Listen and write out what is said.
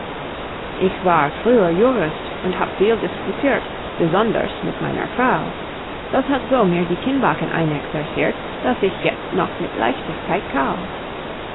ich war früher jurist und hab viel disputirt besonders mit meiner frau das hat so mir die kinnbacken einexercirt daß ich jetzt noch mit leichtigkeit kau